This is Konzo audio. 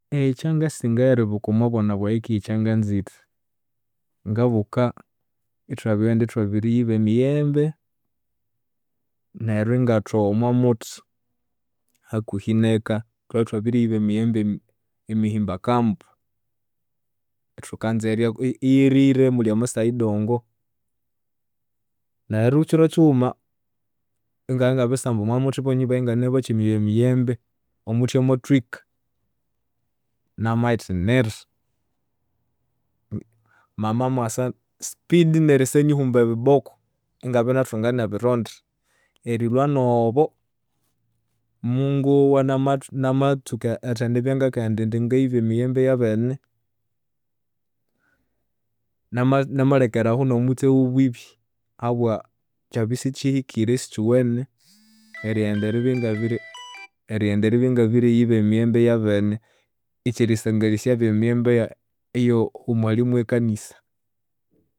Ekyangasingayu eribuka omwabwana bwayi kandi ekyanganzire, ngabuka ithwabirighenda ithwabiriyiba emiyembe neryo ingathogha omwamuthi hakuhi neka. Thwabya ithwabiriyiba emiyembe emihimbakambu. Ithukanza erirya kuyu iye- iyerire imuli amatsayidongo. Neryo kyiro kyighuma, mungabya ingabiri samba omwamuthi banyoni bayi inganimubakyimirya emiyembe, omuthi amathwika namayithinira. Mama mwasa speed nerisanyihumba ebiboko ingabirinathunga nebironda. Erilhwa nobo, mungowa inamatsuka erithendibya ingakaghenda indi ngayiba emiyembe yabene, nama namalekerahu nomutse owobwibi, ahabwa kyabya isikyihikire isiskyuwene erighenda eribya ingabiriyiba emiyembe yabene. Ekyerisangalisya yabya emiyembe eyomuhalimu owe kanisa.